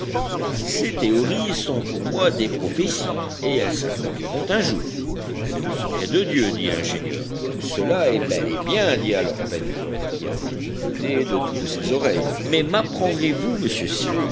ces théories sont pour moi des prophéties et elles s'accompliront un jour c'est le secret de dieu dit l'ingénieur tout cela est bel et bien dit alors pencroff qui avait écouté de toutes ses oreilles mais mapprendrez vous monsieur